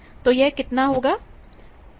तो यह कितना होगा